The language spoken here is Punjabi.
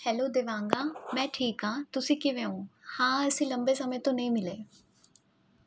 ਹੈਲੋ ਦੇਵਾਂਗਾ ਮੈਂ ਠੀਕ ਹਾਂ ਤੁਸੀਂ ਕਿਵੇਂ ਹੋ ਹਾਂ ਅਸੀਂ ਲੰਬੇ ਸਮੇਂ ਤੋਂ ਨਹੀਂ ਮਿਲੇ